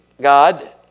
God